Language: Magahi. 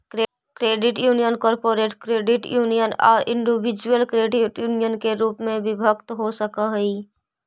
credit union corporate credit union आउ इंडिविजुअल क्रेडिट यूनियन के रूप में विभक्त हो सकऽ हइ